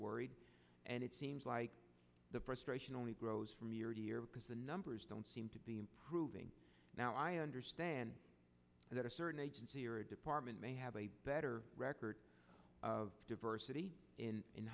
worried and it seems like the frustration only grows from year to year because the numbers don't seem to be improving now i understand that a certain agency or department may have a better record of diversity in in